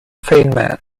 feynman